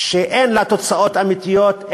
שאין לה תוצאות אמיתיות,